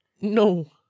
no